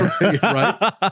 right